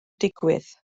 digwydd